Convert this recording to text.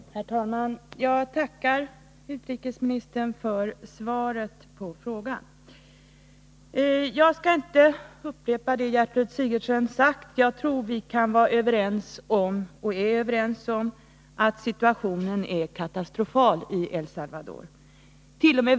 Herr talman! Jag tackar utrikesministern för svaret på frågan. Jag skall inte upprepa det Gertrud Sigurdsen har sagt. Jag tror att vi är överens om att situationen är katastrofal i El Salvador. Den är t. o .m.